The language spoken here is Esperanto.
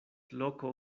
loko